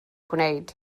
gwneud